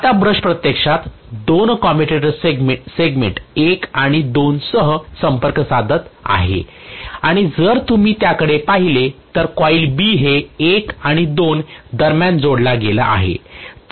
आता ब्रश प्रत्यक्षात दोन कम्युटेटर सेगमेंट १ आणि २ सह संपर्क साधत आहे आणि जर तुम्ही त्याकडे पाहिले तर कॉइल B हे १ ते २ दरम्यान जोडला गेला आहे